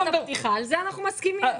על זה אנחנו מסכימים.